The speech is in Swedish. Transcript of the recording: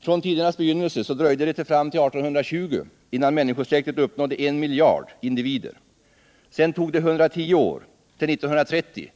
Från tidernas begynnelse dröjde det till 1820 innan människosläktet uppnådde en miljard individer. Efter ytterligare 110 år, 1930,